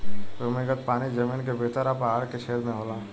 भूमिगत पानी जमीन के भीतर आ पहाड़ के छेद में होला